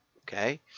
Okay